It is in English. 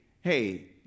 hey